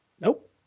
Nope